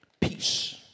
Peace